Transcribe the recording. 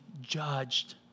judged